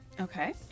Okay